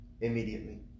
Immediately